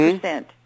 percent